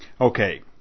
Okay